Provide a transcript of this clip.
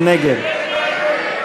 מי נגד?